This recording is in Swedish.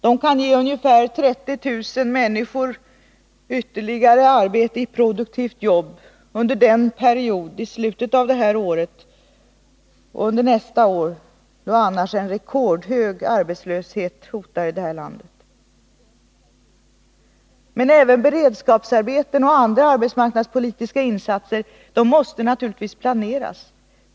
Det kan ge ungefär 30 000 människor ytterligare arbete i produktivt jobb under den period i slutet av det här året och under nästa år, då annars rekordhög arbetslöshet hotar i vårt land. Men även beredskapsarbeten och andra arbetsmarknadspolitiska insatser måste naturligtvis planeras.